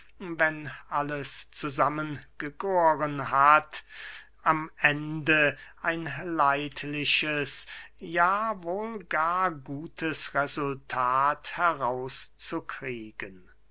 wenn alles zusammengegohren hat am ende ein leidliches ja wohl gar gutes resultat herauszukriegen